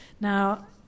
Now